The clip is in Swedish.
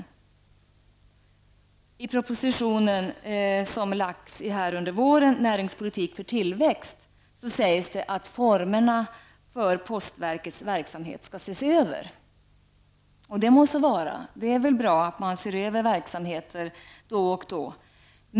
I den proposition som lades fram under våren om näringspolitik för tillväxt sägs att formerna för postverkets verksamhet skall ses över. Det må så vara. Det kan ju vara bra att man då och då ser över verksamheter.